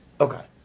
Okay